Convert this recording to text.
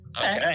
Okay